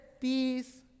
peace